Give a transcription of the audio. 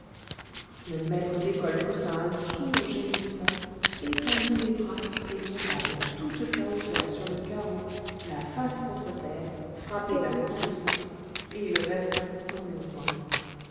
le maître d'école poussa un sourd gémissement étendit les bras et tomba de toute sa hauteur sur le carreau la face contre terre frappé d'un coup de sang et il resta sans mouvement